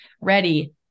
ready